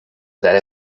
that